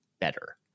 better